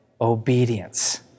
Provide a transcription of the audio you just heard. Obedience